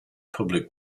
public